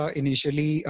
initially